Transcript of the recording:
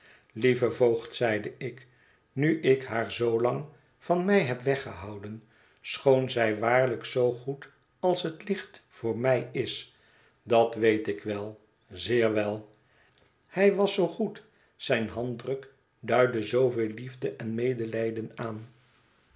lieve voogd zeide ik nu ik haar zoolang van mij heb weggehouden schoon zij waarlijk zoo goed als het licht voor mij is dat weet ik wel zeer wel hij was zoo goed zijn handdruk duidde zooveel liefde en medelijden aan